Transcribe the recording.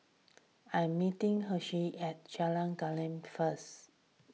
I am meeting Hershel at Jalan Gelam first